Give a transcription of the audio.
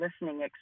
listening